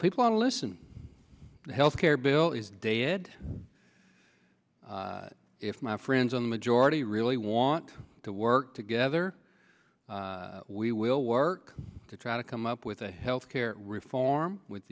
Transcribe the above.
people are listen health care bill is dead if my friends on the majority really want to work together we will work to try to come up with a health care reform with